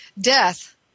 Death